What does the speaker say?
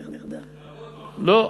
לא.